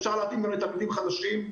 אפשר להתאים אותה גם לתלמידים חלשים,